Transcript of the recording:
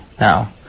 now